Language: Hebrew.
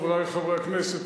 חברי חברי הכנסת,